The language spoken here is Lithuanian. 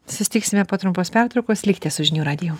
susitiksime po trumpos pertraukos likite su žinių radiju